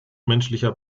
menschlicher